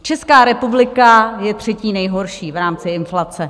Česká republika je třetí nejhorší v rámci inflace.